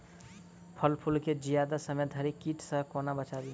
फल फुल केँ जियादा समय धरि कीट सऽ कोना बचाबी?